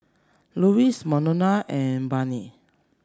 Lewis Monna and Brittaney